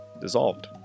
dissolved